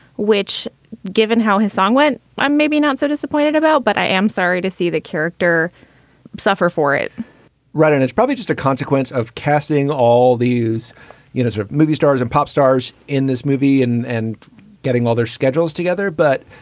which given how his song went, i'm maybe not so disappointed about, but i am sorry to see the character suffer for it right, and it's probably just a consequence of casting all these you know sort of movie stars and pop stars in this movie and and getting all their schedules together. but,